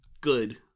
Good